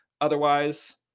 Otherwise